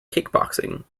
kickboxing